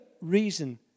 reason